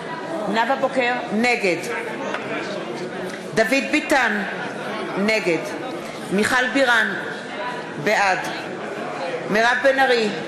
נגד דוד ביטן, נגד מיכל בירן, בעד מירב בן ארי,